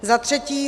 Za třetí.